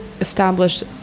establish